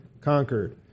conquered